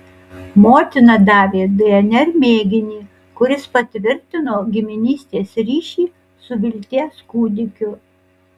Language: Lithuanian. motina davė dnr mėginį kuris patvirtino giminystės ryšį su vilties kūdikiu